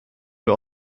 wir